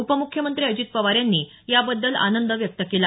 उपमुख्यमंत्री अजित पवार यांनी याबद्दल आनंद व्यक्त केला